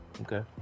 Okay